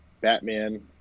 Batman